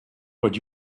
what